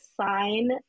sign